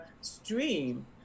stream